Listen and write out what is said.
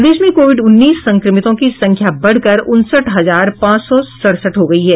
प्रदेश में कोविड उन्नीस संक्रमितों की संख्या बढ़कर उनसठ हजार पांच सौ सड़सठ हो गयी है